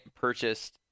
purchased